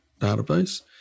database